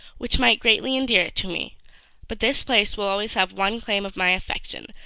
which might greatly endear it to me but this place will always have one claim of my affection,